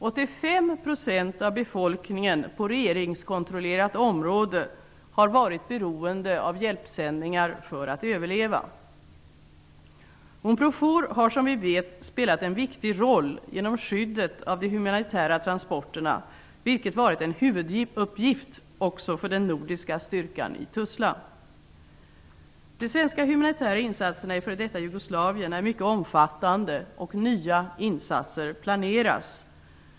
85 % av befolkningen på regeringskontrollerat område har varit beroende av hjälpsändningar för att överleva. Unprofor har som vi vet spelat en viktig roll genom skyddet av de humanitära transporterna, vilket varit en huvuduppgift för den nordiska styrkan i Jugoslavien är mycket omfattande, och nya insatser planeras.